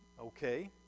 okay